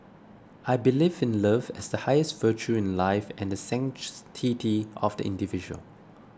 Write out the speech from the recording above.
I believe in love as the highest virtue in life and sanctity of the individual